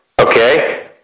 okay